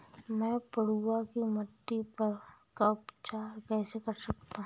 मैं पडुआ की मिट्टी का उपचार कैसे कर सकता हूँ?